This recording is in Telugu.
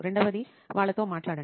రెండవది వాళ్ళతో మాట్లాడండి